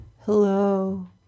Hello